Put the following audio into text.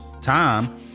time